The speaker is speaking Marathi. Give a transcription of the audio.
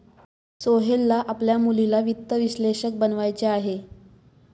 सोहेलला आपल्या मुलीला वित्त विश्लेषक बनवायचे आहे